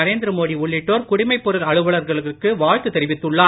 நரேந்திர மோடி உள்ளிட்டோர் குடிமைப் பொருள் அலுவலர்களுக்கு வாழ்த்து தெரிவித்துள்ளார்